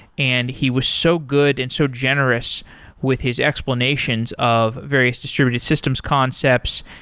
and he was so good and so generous with his explanations of various distributed systems concepts,